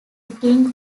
king